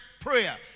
prayer